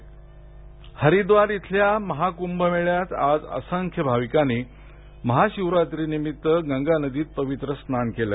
हरिद्वार महाकंभ हरिद्वार इथल्या महाकूंभ मेळ्यात आज असंख्य भाविकांनी महा शिवरात्रीनिमित्त गंगा नदीत पवित्र स्नान केले